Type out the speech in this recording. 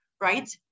right